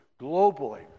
globally